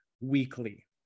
weekly